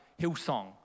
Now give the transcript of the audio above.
Hillsong